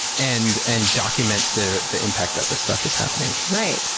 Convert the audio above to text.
and and document the the impact that this stuff is happening. right,